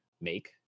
make